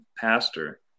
pastor